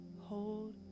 hold